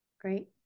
Great